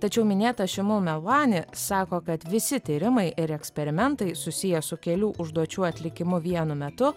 tačiau minėta šimu malvani sako kad visi tyrimai ir eksperimentai susiję su kelių užduočių atlikimu vienu metu